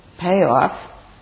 payoff